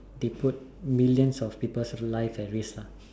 they put millions of people's life at risk lah